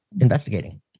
investigating